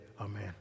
amen